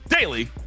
daily